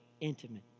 intimate